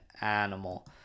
animal